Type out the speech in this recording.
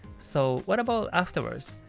so what about afterwards?